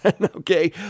Okay